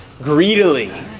greedily